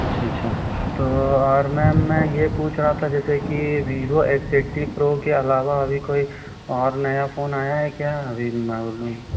अच्छा अच्छा तो और मैम मैं यह पूछ रहा था जैसे कि वीवो एक्स ऐटटी प्रो के अलावा अभी कोई और नया फ़ोन आया है क्या अभी यह मालूम